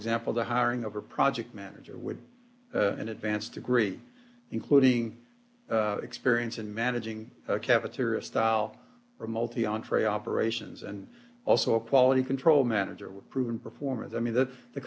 example the hiring of a project manager with an advanced degree including experience in managing a cafeteria style or multi entre operations and also a quality control manager with proven performance i mean that the